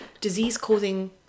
disease-causing